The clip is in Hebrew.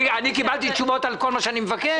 אני קיבלתי תשובות על כל מה שאני מבקש?